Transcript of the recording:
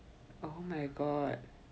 oh my god